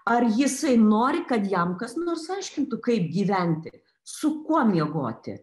ar jisai nori kad jam kas nors aiškintų kaip gyventi su kuo miegoti